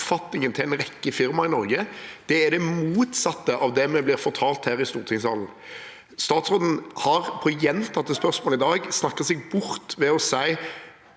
oppfatningen til en rekke firmaer i Norge, er det motsatte av det vi blir fortalt her i stortingssalen. Statsråden har på gjentatte spørsmål i dag snakket seg bort ved å si